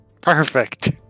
Perfect